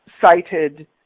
cited